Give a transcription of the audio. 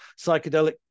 psychedelic